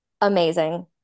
Amazing